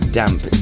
damp